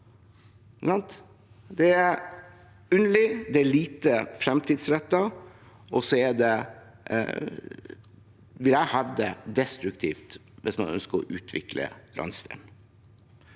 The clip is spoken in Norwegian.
Det er underlig, det er lite fremtidsrettet, og jeg vil hevde at det er destruktivt hvis man ønsker å utvikle landsdelen.